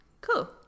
cool